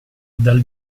dal